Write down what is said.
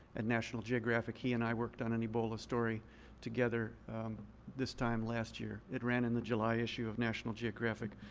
at national geographic. he and i worked on an ebola story together this time last year. it ran in the july issue of national geographic.